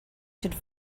should